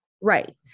right